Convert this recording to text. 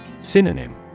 Synonym